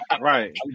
Right